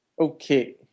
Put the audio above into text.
Okay